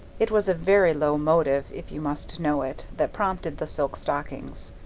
it was a very low motive, if you must know it, that prompted the silk stockings.